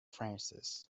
francis